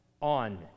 on